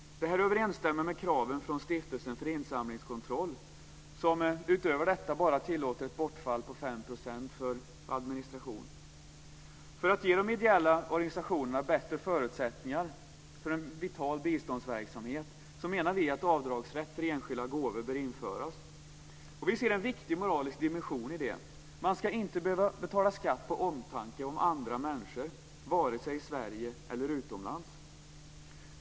Det överensstämmer med kraven från Stiftelsen för insamlingskontroll som därutöver tillåter ett bortfall på bara 5 % För att ge de ideella organisationerna bättre förutsättningar för en vital biståndsverksamhet anser vi att avdragsrätt för enskilda gåvor bör införas. Vi ser en viktig moralisk dimension i detta. Man ska inte behöva betala skatt på omtanke om andra människor, vare sig i Sverige eller utomlands.